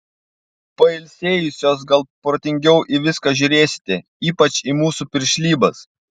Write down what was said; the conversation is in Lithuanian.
pailsėjusios gal protingiau į viską žiūrėsite ypač į mūsų piršlybas